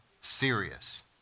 serious